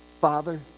Father